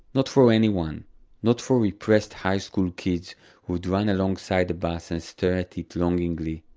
not for ah anyone not for repressed high school kids who'd run alongside the bus and stare at it longingly,